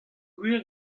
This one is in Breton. gwir